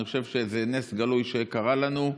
אני חושב שזה נס גלוי שקרה לנו.